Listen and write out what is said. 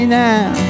now